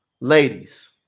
ladies